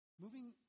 Moving